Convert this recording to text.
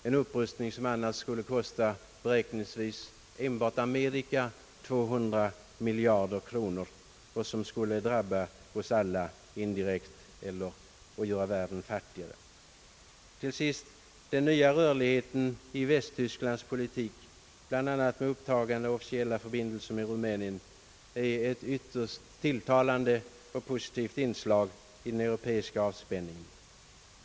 En kapprustning på det området skulle kosta uppskattningsvis enbart USA 200 miljarder kronor och skulle drabba oss alla indirekt och göra världen fattigare. Till sist vill jag framhålla att den nya rörligheten i Västtysklands politik — bl.a. med upptagande av officiella förbindelser med Rumänien — är ett positivt inslag i den europeiska avspänningen.